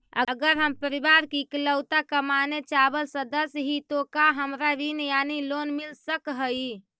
अगर हम परिवार के इकलौता कमाने चावल सदस्य ही तो का हमरा ऋण यानी लोन मिल सक हई?